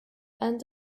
end